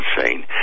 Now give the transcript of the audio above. insane